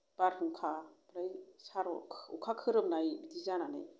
बारहुंखा ओमफ्राय सार'न्थाइ अखा खोरोमनाय बिदि जानानै